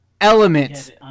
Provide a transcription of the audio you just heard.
element